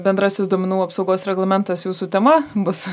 bendrasis duomenų apsaugos reglamentas jūsų tema bus